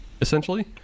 essentially